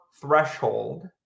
threshold